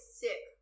sick